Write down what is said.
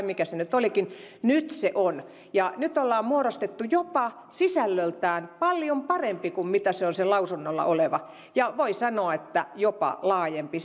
mikä se nyt olikaan mutta nyt se on ja nyt siitä on muodostettu sisällöltään jopa paljon parempi kuin se lausunnolla oleva ja voi sanoa että sisällöltään jopa laajempi